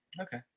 Okay